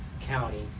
county